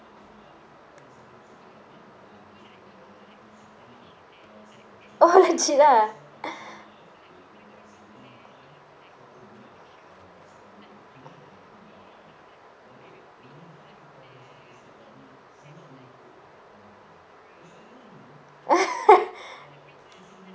oh that